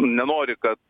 nenori kad